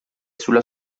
sulla